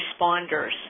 responders